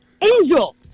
Angel